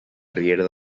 riera